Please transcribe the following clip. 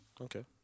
Okay